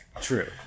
True